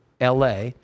LA